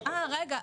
אז סליחה,